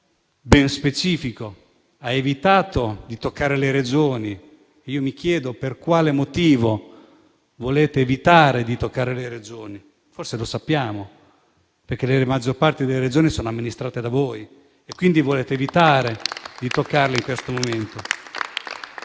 ben specifico: ha evitato di toccare le Regioni e mi chiedo per quale motivo volete evitare di toccare le Regioni. Forse lo sappiamo: perché la maggior parte delle Regioni è amministrata da voi e quindi volete evitare di toccarle in questo momento.